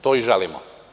To i želimo.